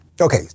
okay